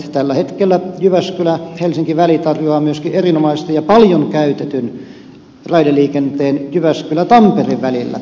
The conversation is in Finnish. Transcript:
tällä hetkellä jyväskylähelsinki väli tarjoaa myöskin erinomaisen ja paljon käytetyn raideliikenteen jyväskylätampere välillä